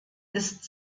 ist